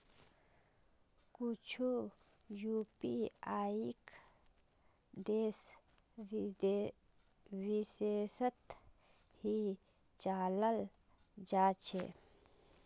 कुछु यूपीआईक देश विशेषत ही चलाल जा छे